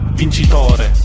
vincitore